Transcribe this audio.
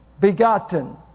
begotten